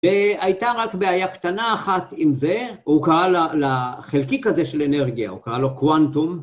והייתה רק בעיה קטנה אחת עם זה, הוא קרא לחלקיק הזה של אנרגיה, הוא קרא לו קואנטום.